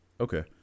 okay